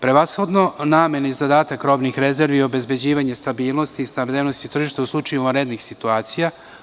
Prevashodna namena i zadatak robnih rezervi je obezbeđivanje stabilnosti i snabdevenosti tržišta u slučaju vanrednih situacija.